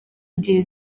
ebyiri